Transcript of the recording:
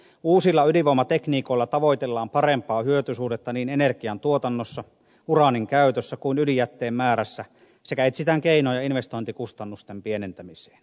uusilla ydinvoimatekniikoilla tavoitellaan parempaa hyötysuhdetta niin energiantuotannossa uraanin käytössä kuin ydinjätteen määrässä sekä etsitään keinoja investointikustannusten pienentämiseen